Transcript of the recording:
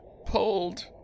Pulled